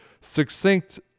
succinct